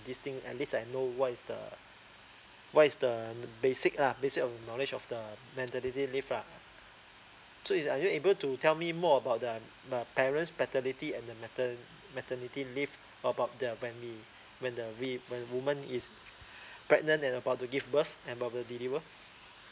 this thing at least I know what is the what is the the basic lah basic of knowledge of the maternity leave lah so is are you able to tell me more about the the parents' paternity and the matter maternity leave about the when we when the we when woman is pregnant and about to give birth and about to deliver